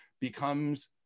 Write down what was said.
becomes